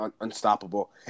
unstoppable